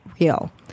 real